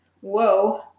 whoa